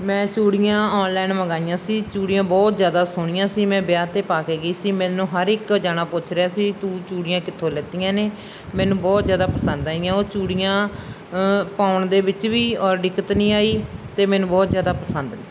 ਮੈਂ ਚੂੜੀਆਂ ਔਨਲਾਈਨ ਮੰਗਾਈਆਂ ਸੀ ਚੂੜੀਆਂ ਬਹੁਤ ਜ਼ਿਆਦਾ ਸੋਹਣੀਆਂ ਸੀ ਮੈਂ ਵਿਆਹ 'ਤੇ ਪਾ ਕੇ ਗਈ ਸੀ ਮੈਨੂੰ ਹਰ ਇੱਕ ਤੋਂ ਜਣਾ ਪੁੱਛ ਰਿਹਾ ਸੀ ਤੂੰ ਚੂੜੀਆਂ ਕਿੱਥੋਂ ਲਿਈਆਂ ਨੇ ਮੈਨੂੰ ਬਹੁਤ ਜ਼ਿਆਦਾ ਪਸੰਦ ਆਈਆ ਉਹ ਚੂੜੀਆਂ ਪਾਉਣ ਦੇ ਵਿੱਚ ਵੀ ਔਰ ਦਿੱਕਤ ਨਹੀਂ ਆਈ ਅਤੇ ਮੈਨੂੰ ਬਹੁਤ ਜ਼ਿਆਦਾ ਪਸੰਦ ਨੇ